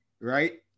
right